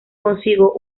consigo